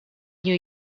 new